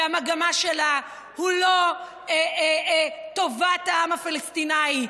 והמגמה שלה היא לא טובת העם הפלסטיני,